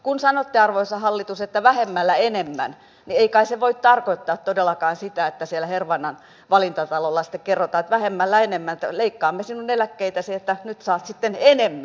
kun sanotte arvoisa hallitus että vähemmällä enemmän niin ei kai se voi tarkoittaa todellakaan sitä että siellä hervannan valintatalolla sitten kerrotaan että vähemmällä enemmän että leikkaamme sinun eläkkeitäsi että nyt saat sitten enemmän